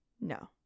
no